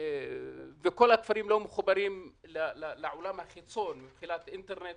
לא מחוברים לעולם החיצון מבחינת אינטרנט,